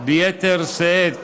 ביתר שאת,